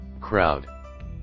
crowd